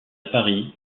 paris